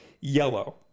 Yellow